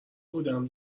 بودم